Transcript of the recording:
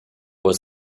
was